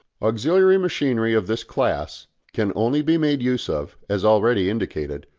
auxiliary machinery of this class can only be made use of, as already indicated,